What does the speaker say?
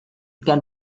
can